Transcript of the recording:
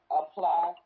apply